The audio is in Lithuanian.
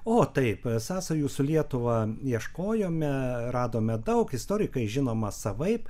o taip sąsajų su lietuva ieškojome radome daug istorikai žinoma savaip